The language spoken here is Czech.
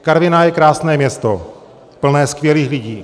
Karviná je krásné město plné skvělých lidí.